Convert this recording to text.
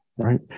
Right